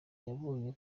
yabonye